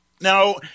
Now